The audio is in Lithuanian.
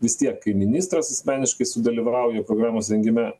vis tiek kai ministras asmeniškai sudalyvauja programos rengime